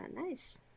Nice